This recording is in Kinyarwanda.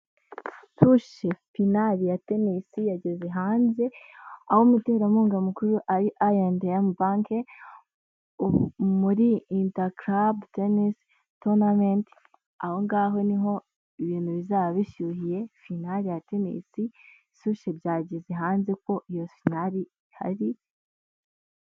Sushi pinari ya tennis yageze hanze, aho umuterankunga mukuru ari ayi andi emu banki muri ita karabu tenisi tunameti ahongaho niho ibintu bizaba bishyuhiye finari ya tenisi sushe byageze hanze ko iyorsenal hari.